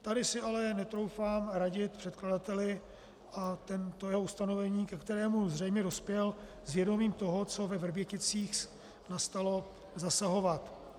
Tady si ale netroufám radit předkladateli a do jeho ustanovení, ke kterému zřejmě dospěl s vědomím toho, co ve Vrběticích nastalo, zasahovat.